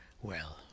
Well